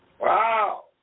Wow